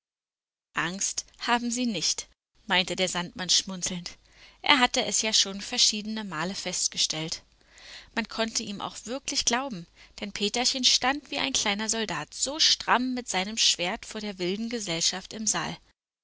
angst haben sie nicht meinte der sandmann schmunzelnd er hatte es ja schon verschiedene male festgestellt man konnte ihm auch wirklich glauben denn peterchen stand wie ein kleiner soldat so stramm mit seinem schwert vor der wilden gesellschaft im saal